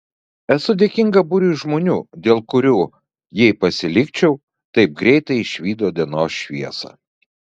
esu dėkinga būriui žmonių dėl kurių jei pasilikčiau taip greitai išvydo dienos šviesą